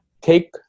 Take